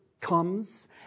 comes